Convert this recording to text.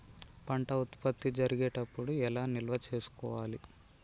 పంట ఉత్పత్తి జరిగేటప్పుడు ఎలా నిల్వ చేసుకోవాలి?